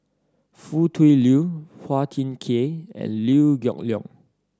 Foo Tui Liew Phua Thin Kiay and Liew Geok Leong